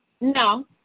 no